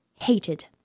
hated